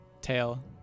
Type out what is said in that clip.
Tail